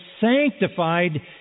sanctified